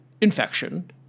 infection